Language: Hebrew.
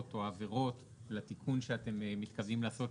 או העברות לתיקון שאתם מתכוונים לעשות,